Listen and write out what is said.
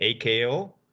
AKO